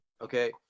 okay